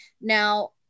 Now